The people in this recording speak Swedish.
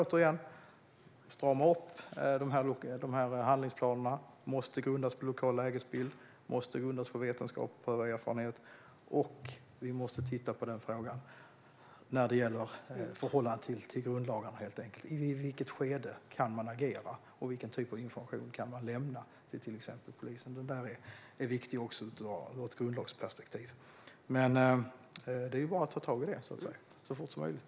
Återigen: Handlingsplanerna ska stramas upp, och de måste grundas på en lokal lägesbild, vetenskap och beprövad erfarenhet. Vi måste också titta på frågan i förhållande till grundlagarna. I vilket skede kan man agera? Vilken typ av information kan man lämna till exempel till polisen? Det är viktigt ur vårt grundlagsperspektiv. Det är bara att ta tag i det så fort som möjligt!